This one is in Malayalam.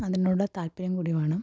അതിനുള്ള താല്പര്യം കൂടി വേണം